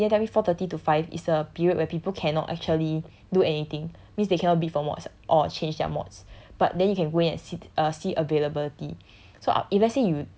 so my senior tell me four thirty to five is the period where people cannot actually do anything means they cannot bid for mods or change their mods but then you can go in and sit uh see availability